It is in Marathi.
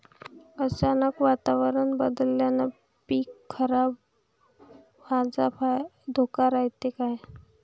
अचानक वातावरण बदलल्यानं पीक खराब व्हाचा धोका रायते का?